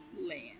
Land